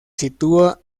sitúa